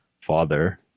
father